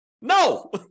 No